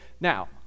Now